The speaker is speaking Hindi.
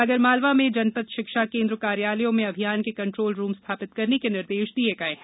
आगरमालवा में जनपद शिक्षा केन्द्र कार्यालयों में अभियान के कंट्रोल रूम स्थापित करने के निर्देश दिये गये हैं